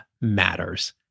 matters